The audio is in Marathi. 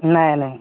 नाही नाही